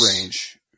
range